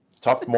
tough